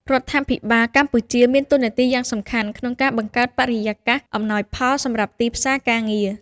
រាជរដ្ឋាភិបាលកម្ពុជាមានតួនាទីយ៉ាងសំខាន់ក្នុងការបង្កើតបរិយាកាសអំណោយផលសម្រាប់ទីផ្សារការងារ។